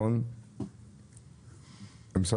משרד